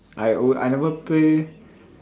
I oh I never play